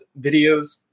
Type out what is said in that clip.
videos